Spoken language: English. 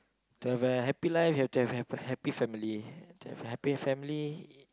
to have a happy life you have to have a happy family to have a happy family